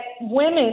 women